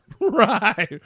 Right